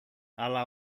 αλλά